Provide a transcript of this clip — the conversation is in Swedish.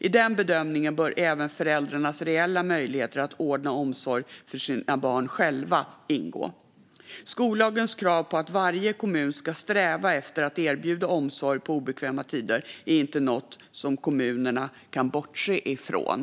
I den bedömningen bör även föräldrarnas reella möjligheter att själva ordna omsorg för sina barn ingå. Skollagens krav på att varje kommun ska sträva efter att erbjuda omsorg på obekväma tider är inte något som kommunerna kan bortse ifrån.